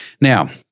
Now